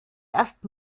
erst